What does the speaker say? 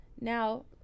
now